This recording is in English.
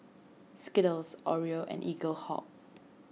Skittles Oreo and Eaglehawk